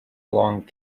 along